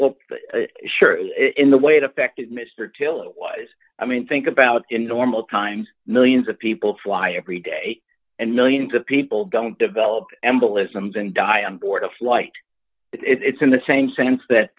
well sure in the way it affects mr tiller was i mean think about in normal times millions of people fly every day and millions of people don't develop embolisms and die on board a flight it's in the same sense that